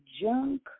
junk